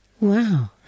Wow